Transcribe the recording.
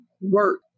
work